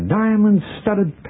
diamond-studded